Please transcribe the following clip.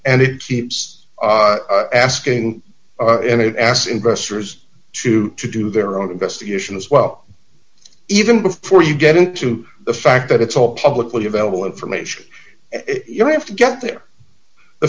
and it keeps asking and it asks investors to to do their own investigation as well even before you get into the fact that it's all publicly available information you have to get there the